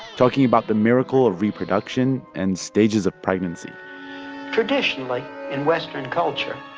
talking about the miracle of reproduction and stages of pregnancy traditionally, in western culture,